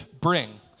bring